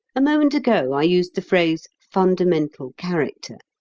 a moment ago i used the phrase fundamental character.